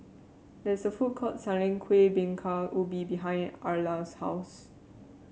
there is a food court selling Kuih Bingka Ubi behind Erla's house